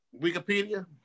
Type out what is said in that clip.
Wikipedia